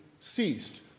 ceased